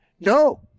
No